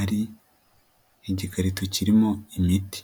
ari igikarito kirimo imiti.